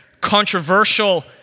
controversial